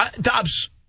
Dobbs